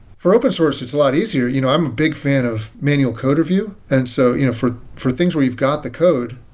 for open source it's a lot easier. you know i'm a big fan of manual code review. and so you know for for things where you've got the code,